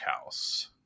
House